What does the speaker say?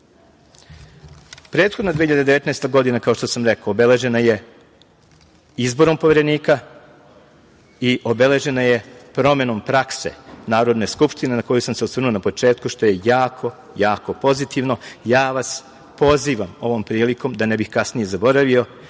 zakona. Prethodna, 2019. godina, kao što sam rekao, obeležena je izborom Poverenika i obeležena je promenom prakse Narodne skupštine na koju sam se osvrnuo na početku, što je jako, jako pozitivno. Ja vas pozivam ovom prilikom, da ne bih kasnije zaboravio,